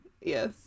Yes